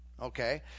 okay